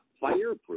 Fireproof